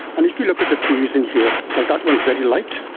and if you look at the bees in here, like that one is very light,